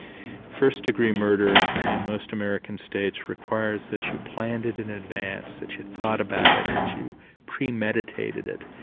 first degree murder in most american states requires that you planned it in advance, that you'd thought about it, that you premeditated it.